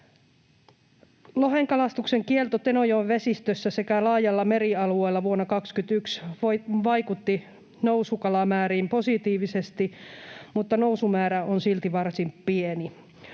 Lohenkalastuksen kielto Tenojoen vesistössä sekä laajalla merialueella vuonna 21 vaikutti nousukalamääriin positiivisesti, mutta nousumäärä on silti varsin pieni.